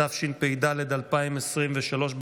התשפ"ד 2023,